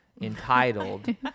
entitled